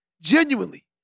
Genuinely